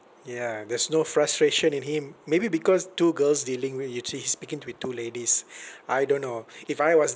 yeah there's no frustration in him maybe because two girls dealing with him speaking to with two ladies I don't know if I was